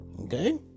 okay